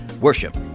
worship